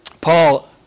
Paul